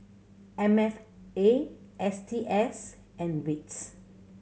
M F A S T S and wits